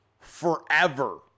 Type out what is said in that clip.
forever